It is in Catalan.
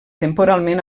temporalment